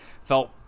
Felt